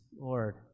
Lord